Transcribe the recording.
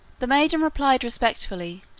the maiden replied respectfully,